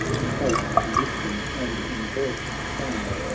in face, in wisdom, and invoice the same.